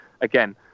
again